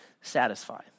satisfy